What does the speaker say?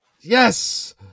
Yes